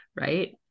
Right